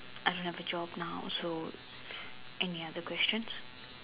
I don't have a job now so any other questions